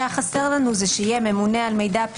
החובה למינוי מוטלת על כל אחד מהגופים.